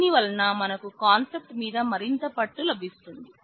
దీని వలన మనకు కాన్సెప్ట్ మీద మరింత పట్టు లభిస్తుంది